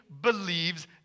believes